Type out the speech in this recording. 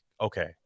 okay